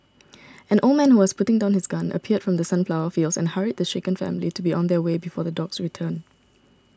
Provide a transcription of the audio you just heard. an old man who was putting down his gun appeared from the sunflower fields and hurried the shaken family to be on their way before the dogs return